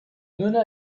mena